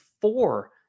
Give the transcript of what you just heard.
four